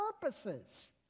purposes